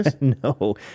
No